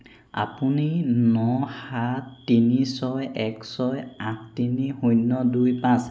আপুনি ন সাত তিনি ছয় এক ছয় আঠ তিনি শূন্য দুই পাঁচ